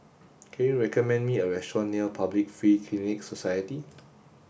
can you recommend me a restaurant near Public Free Clinic Society